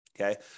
Okay